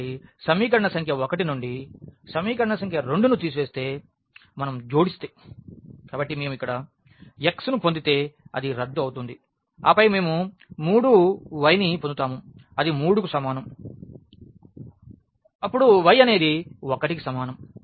కాబట్టి సమీకరణ సంఖ్య 1 నుండి సమీకరణ సంఖ్య 2 ను తీసివేస్తే మరలా జోడిస్తే మనం ఇక్కడ x ను పొందితే అది రద్దు అవుతుంది ఆ పై మేము 3 y ని పొందుతాము అది 3 కు సమానం అపుడు y అనేది 1 కి సమానము